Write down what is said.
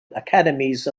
academies